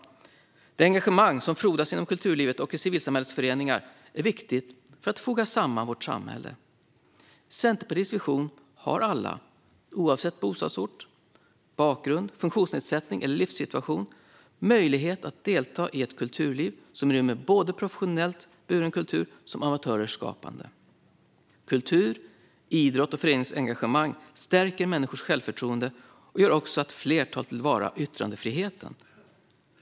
Det engagemang som frodas inom kulturlivet och i civilsamhällets föreningar är viktigt för att foga samman vårt samhälle. I Centerpartiets vision har alla, oavsett bostadsort, bakgrund, funktionsnedsättning eller livssituation, möjlighet att delta i ett kulturliv som rymmer både professionellt buren kultur och amatörers skapande. Kultur, idrott och föreningsengagemang stärker människors självförtroende och gör också att fler tar till vara yttrandefriheten.